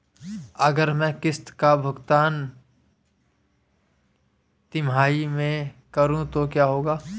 अगर मैं किश्त का भुगतान तिमाही में करूं तो क्या होगा?